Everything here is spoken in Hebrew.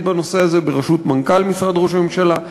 בנושא הזה בראשות מנכ"ל משרד ראש הממשלה.